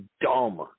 dumb